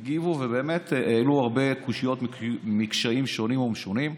הגיבו והעלו הרבה קושיות וקשיים שונים ומשונים.